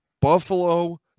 Buffalo